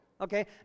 Okay